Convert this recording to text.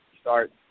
start